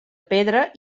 pedra